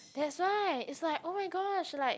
that's why it's like oh-my-gosh like